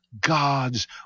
God's